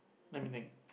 let me think